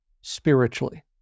spiritually